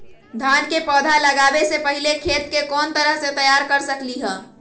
धान के पौधा लगाबे से पहिले खेत के कोन तरह से तैयार कर सकली ह?